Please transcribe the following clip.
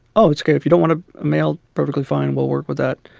oh, it's ok. if you don't want a male, perfectly fine. we'll work with that.